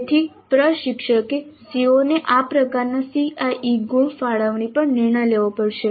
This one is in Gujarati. તેથી પ્રશિક્ષકે CO ને આ પ્રકારના CIE ગુણ ફાળવણી પર નિર્ણય લેવો પડશે